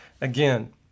Again